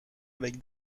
avec